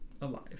Alive